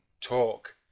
talk